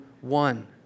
one